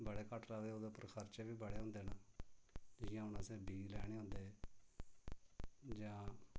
बड़े घट्ट लभदे ओह्दे उप्पर खर्चे बी बड़े होंदे न जियां हून असें बीऽ लैने होंदे जां